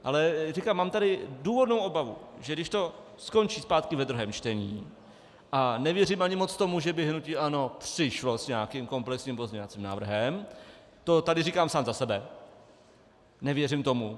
Ale říkám, mám tady důvodnou obavu, že když to skončí zpátky ve druhém čtení, a nevěřím ani moc tomu, že by hnutí ANO přišlo s nějakým komplexním pozměňovacím návrhem, to tady říkám sám za sebe, nevěřím tomu.